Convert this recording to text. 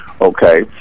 Okay